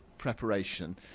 preparation